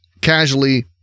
Casually